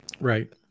Right